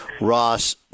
Ross